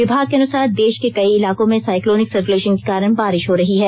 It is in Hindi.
विभाग के अनुसार देष के कई इलाकों में साईक्लोनिक सर्कुलेषन के कारण बारिष हो रही है